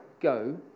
go